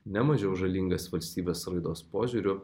ne mažiau žalingas valstybės raidos požiūriu